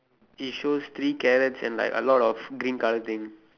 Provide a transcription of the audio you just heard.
it shows three carrots and like a lot of green colour things